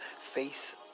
face